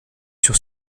sur